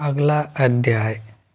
अगला अध्याय